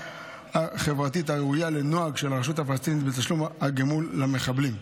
החברתית הראויה לנוהג של הרשות הפלסטינית בתשלום תגמול למחבלים.